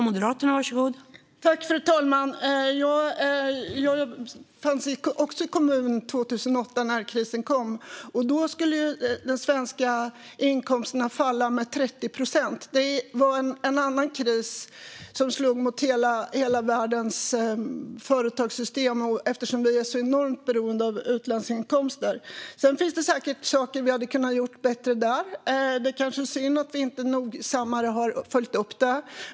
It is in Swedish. Fru talman! Jag fanns också i kommunpolitiken 2008 när krisen kom. Då skulle de svenska inkomsterna falla med 30 procent. Det var en annan kris som slog mot hela världens företagssystem, och vi är ju enormt beroende av utlandsinkomster. Det finns säkert saker vi hade kunnat göra bättre där. Det kanske är synd att vi inte mer nogsamt har följt upp det.